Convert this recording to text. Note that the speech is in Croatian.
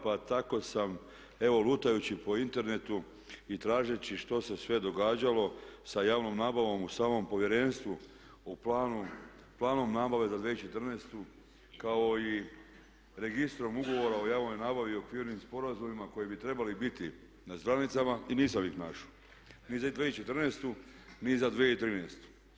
Pa tako sam evo lutajući po internetu i tražeći što se sve događalo sa javnom nabavom u samom Povjerenstvu u planu, planom nabave za 2014. kao i registrom ugovora o javnoj nabavi i okvirnim sporazumima koji bi trebali biti na stranicama i nisam ih našao, ni za 2014. ni za 2013.